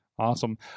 awesome